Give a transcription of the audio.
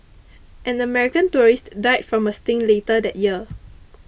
an American tourist died from a sting later that year